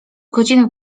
godzinach